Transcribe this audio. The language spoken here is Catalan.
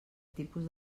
tipus